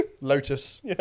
Lotus